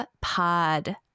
pod